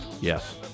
Yes